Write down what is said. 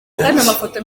mafoto